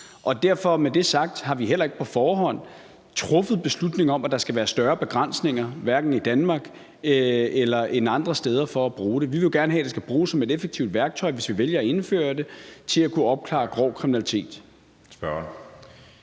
vi derfor heller ikke på forhånd truffet beslutning om, at der skal være større begrænsninger i Danmark end andre steder for at bruge det. Vi vil jo gerne have, at det skal bruges som et effektivt værktøj, hvis vi vælger at indføre det, til at kunne opklare grov kriminalitet.